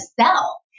sell